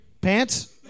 Pants